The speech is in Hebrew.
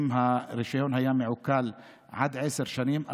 אם הרישיון עוקל לעד עשר שנים,